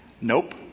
Nope